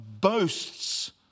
boasts